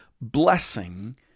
blessing